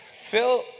Phil